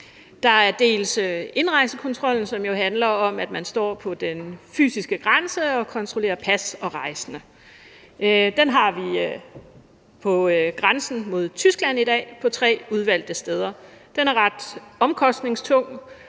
Der er indrejsekontrollen, som jo handler om, at man står på den fysiske grænse og kontrollerer pas og rejsende. Den har vi i dag på grænsen mod Tyskland på tre udvalgte steder. Den er ret omkostningstung